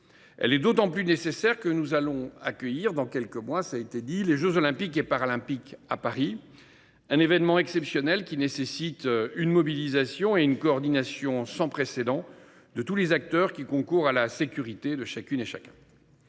Elle est d’autant plus nécessaire que nous allons accueillir, dans quelques mois, les jeux Olympiques et Paralympiques à Paris – un événement exceptionnel qui nécessite une mobilisation et une coordination sans précédent de tous les acteurs qui concourent à la sécurité de chacune et de chacun.